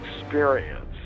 experience